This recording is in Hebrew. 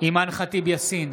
אימאן ח'טיב יאסין,